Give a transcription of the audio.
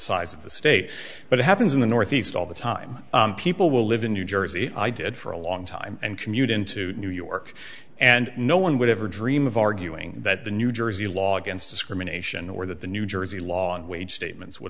size of the state but it happens in the northeast all the time people will live in new jersey i did for a long time and commute into new york and no one would ever dream of arguing that the new jersey law against discrimination or that the new jersey law in wage statements would